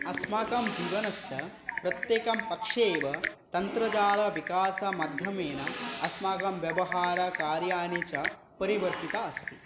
अस्माकं जीवनस्य प्रत्येकं पक्षे एव तन्त्रजालविकासमाध्यमेन अस्माकं व्यवहारकार्याणि च परिवर्तिता अस्ति